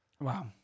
Wow